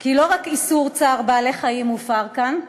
כי לא רק איסור צער בעלי-חיים הופר כאן.